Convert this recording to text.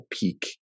peak